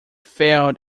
failed